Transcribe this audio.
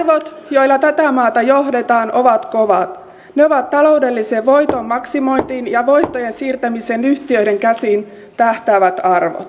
joilla tätä maata johdetaan ovat kovat ne ovat taloudellisen voiton maksimointiin ja voittojen siirtämiseen yhtiöiden käsiin tähtäävät